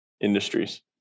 industries